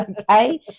okay